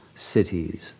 cities